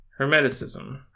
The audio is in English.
Hermeticism